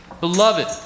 beloved